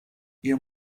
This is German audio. ihr